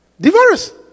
Divorce